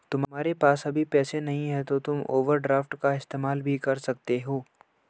तुम्हारे पास अभी पैसे नहीं है तो तुम ओवरड्राफ्ट का इस्तेमाल भी कर सकते हो